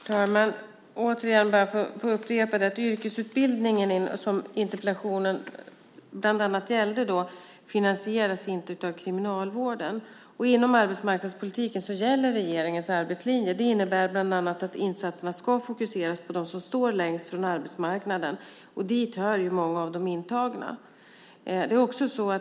Fru talman! Jag vill återigen bara upprepa att yrkesutbildningen, som interpellationen bland annat gällde, inte finansieras av kriminalvården. Och inom arbetsmarknadspolitiken gäller regeringens arbetslinje. Det innebär bland annat att insatserna ska fokuseras på dem som står längst från arbetsmarknaden, och dit hör ju många av de intagna.